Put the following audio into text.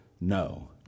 no